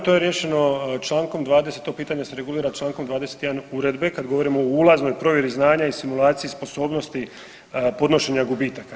To je riješeno Člankom 20., to pitanje se regulira Člankom 21. uredbe kad govorimo o ulaznoj provjeri znanja i simulaciji sposobnosti podnošenja gubitaka.